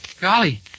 Golly